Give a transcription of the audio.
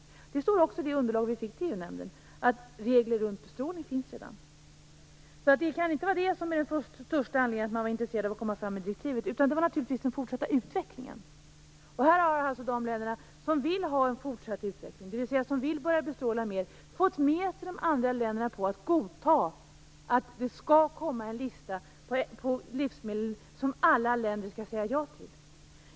Detta står också i det underlag som EU Regler runt bestrålning finns alltså redan, och det kan inte vara det som är den största anledningen till att man var intresserad av att komma fram med direktivet. Det var naturligtvis i stället den fortsatta utvecklingen som var intressant. De länder som vill ha en fortsatt utveckling, dvs. som vill börja bestråla mer, har fått med sig de andra länderna på att godta att det skall komma en lista på livsmedel som alla länder skall säga ja till.